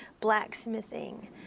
blacksmithing